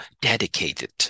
dedicated